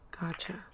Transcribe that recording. gotcha